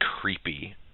creepy